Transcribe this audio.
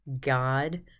God